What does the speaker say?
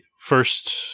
First